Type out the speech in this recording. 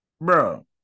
bro